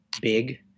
big